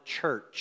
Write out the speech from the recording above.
church